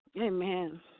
Amen